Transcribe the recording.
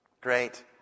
Great